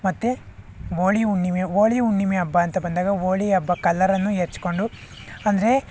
ಮತ್ತು ಹೋಳಿ ಹುಣ್ಣಿಮೆ ಹೋಳಿ ಹುಣ್ಣಿಮೆ ಹಬ್ಬ ಅಂತ ಬಂದಾಗ ಹೋಳಿ ಹಬ್ಬ ಕಲರನ್ನು ಎರೆಚ್ಕೊಂಡು ಅಂದರೆ